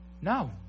No